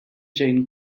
jane